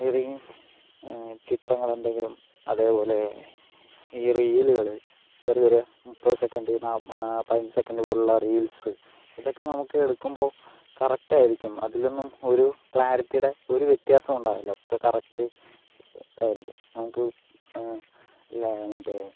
ഏത് ഈ ചിത്രങ്ങളെന്തെങ്കിലും അതേപോലെ ഈ റീലുകള് ചെറിയ ചെറിയ മുപ്പത് സെക്കൻഡ് പതിനഞ്ച് സെക്കൻഡ് പോലുള്ള റീൽസ് ഇതൊക്കെ നമുക്ക് എടുക്കുമ്പോൾ കറക്റ്റായിരിക്കും അതിലൊന്നും ഒരു ക്ലാറിറ്റിയുടെ ഒരു വ്യത്യാസവും ഉണ്ടാവില്ല ഒക്കെ കറക്ട് ഇതായിരിക്കും നമുക്ക് ഇല്ലേ മറ്റേ